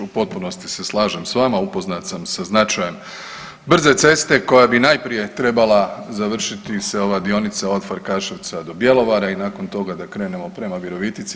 U potpunosti se slažem s vama, upoznat sam sa značajem brze ceste koja bi najprije trebala završiti se ova dionica od Farkaševca do Bjelovara i nakon toga da krenemo prema Virovitici.